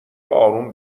اروم